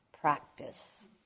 practice